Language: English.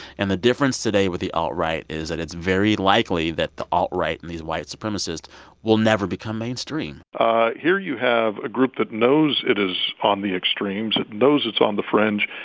and the difference today with the alt-right is that it's very likely that the alt-right and these white supremacists will never become mainstream ah here you have a group that knows it is on the extremes. it knows it's on the fringe.